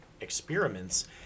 experiments